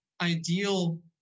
ideal